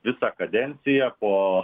visą kadenciją po